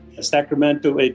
Sacramento